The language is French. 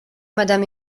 madame